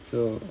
so